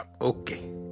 Okay